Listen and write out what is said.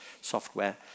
software